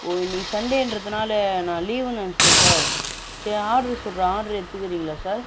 ஓ இன்னைக்கு சண்டேன்றதுனால நான் லீவுன்னு நினச்சிட்டேன் சார் சரி ஆர்ட்ரு சொல்லுறேன் ஆர்ட்ரு எடுத்துக்கிறீங்களா சார்